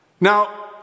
Now